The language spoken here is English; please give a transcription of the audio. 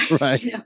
right